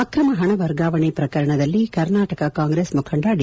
ಅಕ್ರಮ ಪಣ ವರ್ಗಾವಣೆ ಪ್ರಕರಣದಲ್ಲಿ ಕರ್ನಾಟಕ ಕಾಂಗ್ರೆಸ್ ಮುಖಂಡ ಡಿ